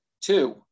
Two